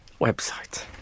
website